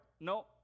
No